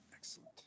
Excellent